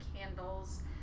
candles